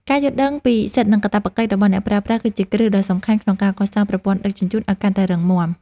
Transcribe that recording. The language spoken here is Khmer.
ការយល់ដឹងពីសិទ្ធិ និងកាតព្វកិច្ចរបស់អ្នកប្រើប្រាស់ គឺជាគ្រឹះដ៏សំខាន់ក្នុងការកសាងប្រព័ន្ធដឹកជញ្ជូនឱ្យកាន់តែរឹងមាំ។